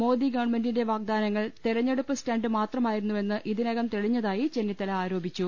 മോദി ഗവൺമെന്റിന്റെ വാഗ്ദാ നങ്ങൾ തെരഞ്ഞെടുപ്പ് സ്റ്റണ്ട് മാത്രമായിരുന്നുവെന്ന് ഇതിനകം തെളിഞ്ഞതായി ചെന്നിത്തല ആരോപിച്ചു